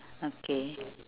okay